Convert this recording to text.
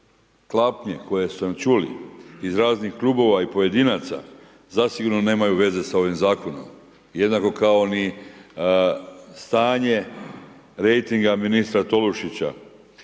tlapnje koje smo čuli iz raznih klubova i pojedinaca, zasigurno nemaju veze sa ovim zakonom jednako kao ni stanje rejtinga ministra Tolušića